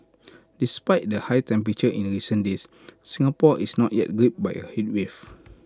despite the high temperatures in recent days Singapore is not yet gripped by A heatwave